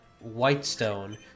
Whitestone